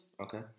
Okay